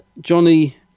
Johnny